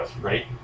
right